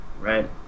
Right